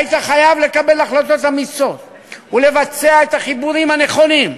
היית חייב לקבל החלטות אמיצות ולבצע את החיבורים הנכונים,